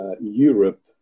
Europe